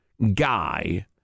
Guy